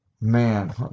Man